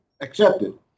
accepted